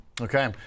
Okay